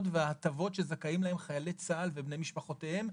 וההטבות שזכאים להם חיילי צה"ל ובני משפחותיהם.